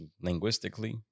linguistically